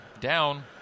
down